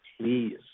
please